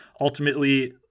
ultimately